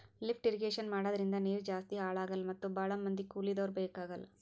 lift irrigation ಮಾಡದ್ರಿಂದ ನೀರ್ ಜಾಸ್ತಿ ಹಾಳ್ ಆಗಲ್ಲಾ ಮತ್ ಭಾಳ್ ಮಂದಿ ಕೂಲಿದವ್ರು ಬೇಕಾಗಲ್